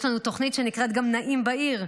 יש לנו גם תוכנית שנקראת "נעים בעיר",